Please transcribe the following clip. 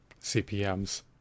CPMs